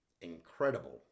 incredible